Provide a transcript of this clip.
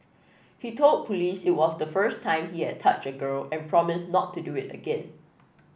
he told police it was the first time he had touched a girl and promised not to do it again